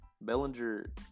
Bellinger